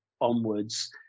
onwards